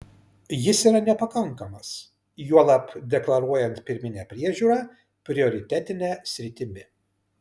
jis yra nepakankamas juolab deklaruojant pirminę priežiūrą prioritetine sritimi